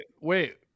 Wait